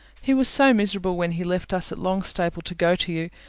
he was so miserable when he left us at longstaple, to go to you,